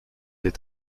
des